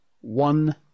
one